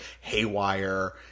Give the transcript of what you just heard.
haywire